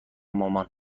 مامان